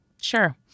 Sure